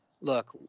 look